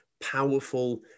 powerful